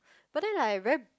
but then like very